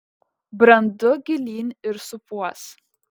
brendu gilyn ir supuos